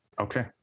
okay